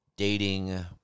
Dating